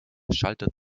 schaltet